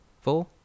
Four